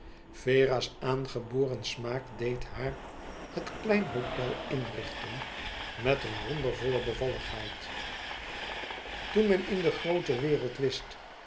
vera's aangeboren smaak deed haar het kleine hôtel inrichten met een wondervolle bevalligheid toen men in de groote wereld wist